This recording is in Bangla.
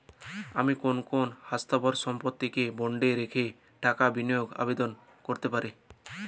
আমি কোন কোন স্থাবর সম্পত্তিকে বন্ডে রেখে টাকা বিনিয়োগের আবেদন করতে পারি?